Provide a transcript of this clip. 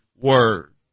Word